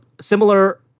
similar